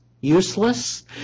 useless